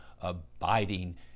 abiding